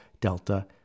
Delta